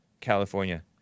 California